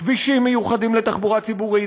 כבישים מיוחדים לתחבורה ציבורית,